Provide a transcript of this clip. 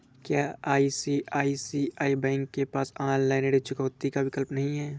क्या ICICI bank के पास ऑनलाइन ऋण चुकौती का विकल्प नहीं है?